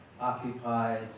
occupied